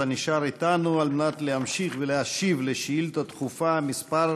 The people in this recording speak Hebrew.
אתה נשאר אתנו על מנת להמשיך ולהשיב על שאילתה דחופה מס'